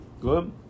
Good